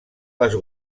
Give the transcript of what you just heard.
les